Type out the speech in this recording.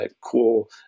cool